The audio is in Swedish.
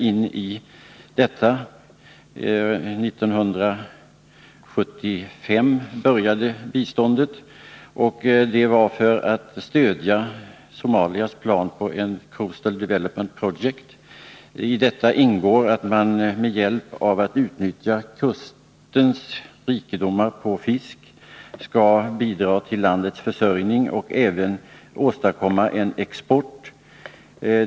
1975 började biståndet, och det gavs för att stödja Somalias plan på ett Coastal Development Project, som syftar till att man med hjälp av kustens rikedomar på fisk skall bidra till landets försörjning och även åstadkomma en export.